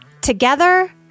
Together